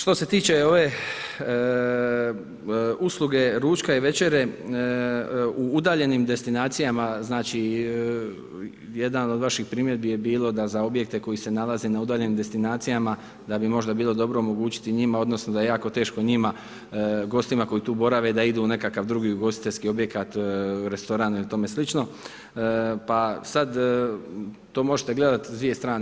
Što se tiče ove usluge ručka i večere, u udaljenim destinacijama znači jedna od vaših primjedbi je bilo da za objekte koji se nalaze na udaljenim destinacijama, da bi možda bilo dobro omogućiti njima odnosno da je jako teško njima gostima koji tu borave da isu nekakav drugi ugostiteljski objekat, restoran itsl., pa sad to može gledati s dvije strane.